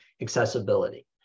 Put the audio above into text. accessibility